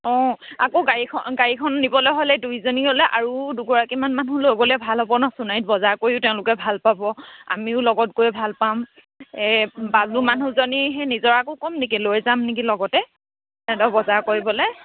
অঁ আকৌ গাড়ীখন গাড়ীখন নিবলৈ হ'লে দুইজনী হ'লে আৰু দুগৰাকীমান মানুহ লৈ গ'লে ভাল হ'ব নহ্ সোনাৰীত বজাৰ কৰিও তেওঁলোকে ভাল পাব আমিও লগত গৈ ভাল পাম এই বালুৰ মানুহজনী সেই নিজৰাকো ক'ম নেকি লৈ যাম নেকি লগতে সিহঁতৰ বজাৰ কৰিবলৈ